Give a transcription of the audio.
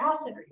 acid